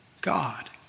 God